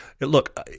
Look